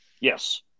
Yes